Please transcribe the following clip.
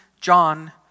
John